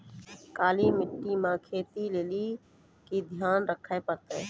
काली मिट्टी मे खेती लेली की ध्यान रखे परतै?